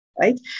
right